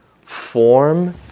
form